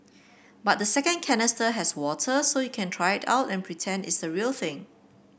but the second canister has water so you can try it out and pretend it's the real thing